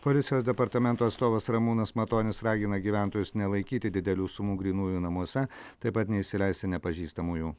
policijos departamento atstovas ramūnas matonis ragina gyventojus nelaikyti didelių sumų grynųjų namuose taip pat neįsileisti nepažįstamųjų